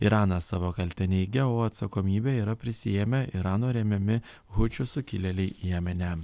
iranas savo kaltę neigia o atsakomybę yra prisiėmę irano remiami hučių sukilėliai jemene